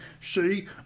See